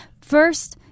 first